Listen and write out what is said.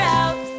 out